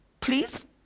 Please